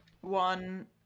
one